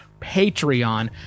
Patreon